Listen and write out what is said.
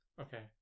Okay